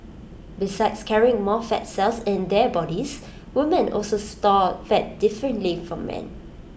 besides carrying more fat cells in their bodies women also store fat differently from men